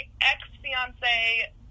Ex-fiance